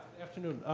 afternoon.